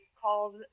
called